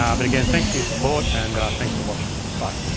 um but again, thanks for your support, and thanks for watching. bye.